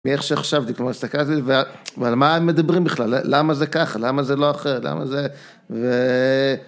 מאיך שחשבתי, כלומר, הסתכלתי... ועל מה הם מדברים בכלל, למה זה ככה, למה זה לא אחרת, למה זה...